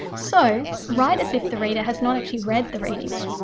so write as if the reader has not actually read the readings.